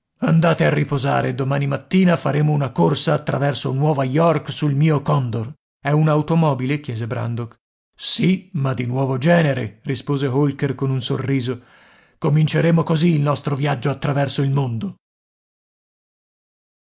andate a riposare e domani mattina faremo una corsa attraverso nuova york sul mio condor è un'automobile chiese brandok sì ma di nuovo genere rispose holker con un sorriso cominceremo così il nostro viaggio attraverso il mondo